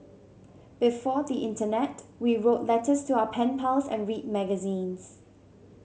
before the internet we wrote letters to our pen pals and read magazines